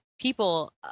people